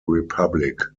republic